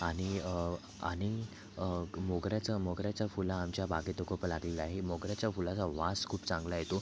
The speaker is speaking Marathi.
आणि आणि मोगऱ्याचं मोगऱ्याचं फुलं आमच्या बागेत खूप लागलेलं आहे मोगऱ्याच्या फुलाचा वास खूप चांगला येतो